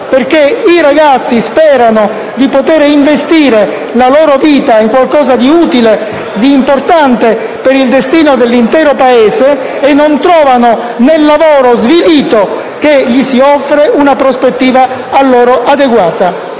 I ragazzi sperano di poter investire la loro vita in qualcosa di utile e di importante per il destino dell'intero Paese e non trovano nel lavoro svilito che gli si offre una prospettiva adeguata.